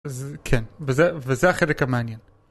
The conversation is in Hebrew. כן, וזה, וזה החלק המעניין.